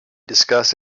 discuss